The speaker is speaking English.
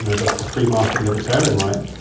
you know the the free-market libertarian right,